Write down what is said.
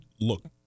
look